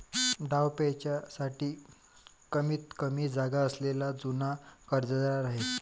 डावपेचांसाठी कमीतकमी जागा असलेला जुना कर्जदार आहे